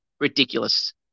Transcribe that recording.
Ridiculous